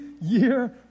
year